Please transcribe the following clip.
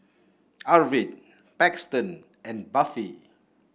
Arvid Paxton and Buffy